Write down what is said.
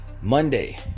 Monday